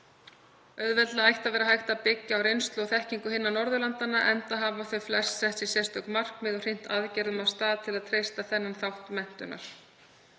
Auðveldlega ætti að vera hægt að byggja á reynslu og þekkingu annarra Norðurlanda enda hafa þau flest sett sér sérstök markmið og hrint aðgerðum af stað til að treysta þennan þátt menntunar.